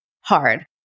Hard